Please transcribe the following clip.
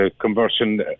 conversion